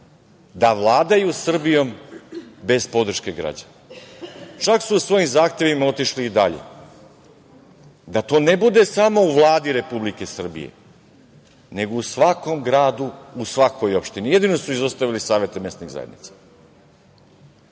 da vladaju Srbijom bez podrške građana. Čak su u svojim zahtevima otišli i dalje. Da to ne bude samo u Vladi Republike Srbije, nego u svakom gradu u svakoj opštini, jedino su izostavili savete mesnih zajednica.